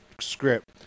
script